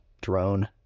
drone